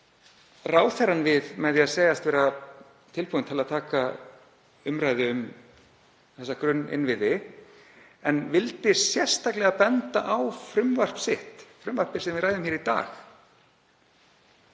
brást ráðherrann með því að segjast vera tilbúinn til að taka umræðu um þessa grunninnviði en vildi benda sérstaklega á frumvarp sitt, frumvarpið sem við ræðum hér í dag,